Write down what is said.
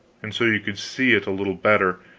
and so you could see it a little better